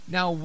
Now